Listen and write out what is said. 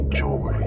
joy